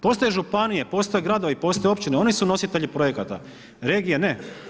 Postoje županije, postoje gradovi, postoje općine oni su nositelji projekata, regija ne.